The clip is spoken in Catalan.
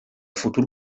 futur